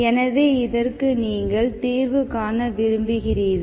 எனவே இதற்கு நீங்கள் தீர்வு காண விரும்புகிறீர்கள்